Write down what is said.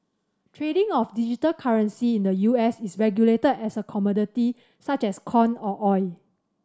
trading of digital currency in the U S is regulated as a commodity such as corn or oil